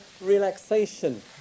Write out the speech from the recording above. relaxation